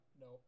no